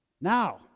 Now